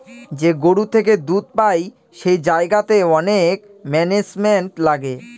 যে গরু থেকে দুধ পাই সেই জায়গাতে অনেক ম্যানেজমেন্ট লাগে